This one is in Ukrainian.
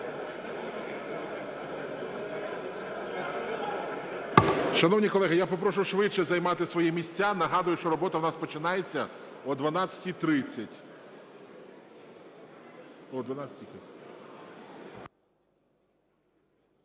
Шановні колеги, я попрошу швидше займати свої місця. Нагадую, що робота в нас починається о 12:30.